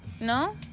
No